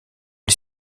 les